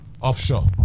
offshore